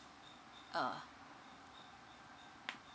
uh